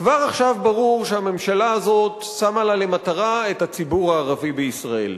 כבר עכשיו ברור שהממשלה הזאת שמה לה למטרה את הציבור הערבי בישראל.